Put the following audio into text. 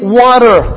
water